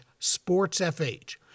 sportsfh